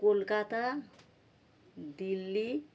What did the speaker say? Kolkata Delhi